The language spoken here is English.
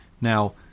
Now